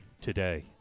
today